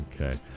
Okay